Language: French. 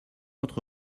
votre